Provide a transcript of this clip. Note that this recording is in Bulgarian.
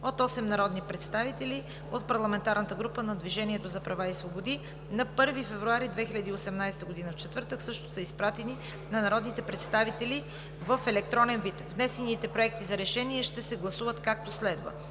от 8 народни представители от парламентарната група на „Движението за права и свободи“ на 1 февруари 2018 г., четвъртък. Също е изпратен на народните представители в електронен вид. Внесените проекти за решения ще се гласуват както следва: